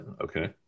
Okay